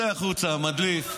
צא החוצה, מדליף.